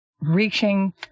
reaching